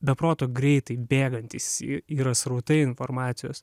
be proto greitai bėgantys yra srautai informacijos